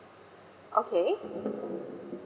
okay